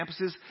campuses